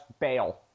bail